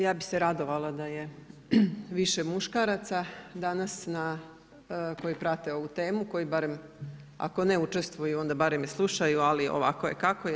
Ja bi se radovala da je više muškaraca danas na, koji prate ovu temu, koji barem ako ne učestvuju onda barem slušaju, ali ovako je kako je.